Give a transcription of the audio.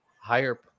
higher